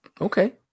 okay